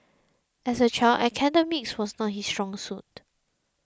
as a child academics was not his strong suit